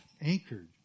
anchored